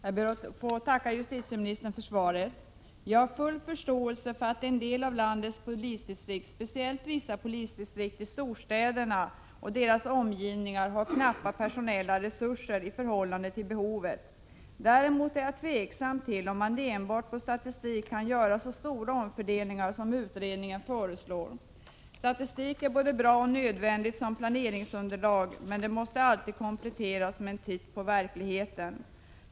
Herr talman! Jag ber att få tacka för svaret. Jag har full förståelse för att en del av landets polisdistrikt, speciellt vissa polisdistrikt i storstäderna och deras omgivningar, har knappa personella resurser i förhållande till behovet. Däremot är jag tveksam till om man enbart på statistik kan göra så stora omfördelningar som utredningen föreslår. Statistik är både bra och nödvändigt som planeringsunderlag, men måste alltid kompletteras med en titt på verkligheten.